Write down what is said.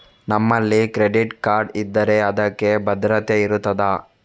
ನಮ್ಮಲ್ಲಿ credit card ಇದ್ದರೆ ಅದಕ್ಕೆ ಭದ್ರತೆ ಇರುತ್ತದಾ?